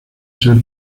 ser